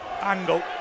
angle